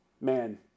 man